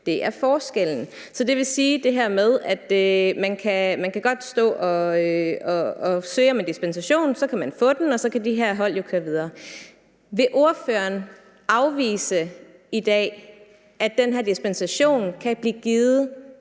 Det er forskellen. Så det vil sige, at man godt kan søge om en dispensation, og så kan man få den, og så kan de her hold jo køre videre. Vil ordføreren afvise i dag, at den her dispensation kan blive givet